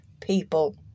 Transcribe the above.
people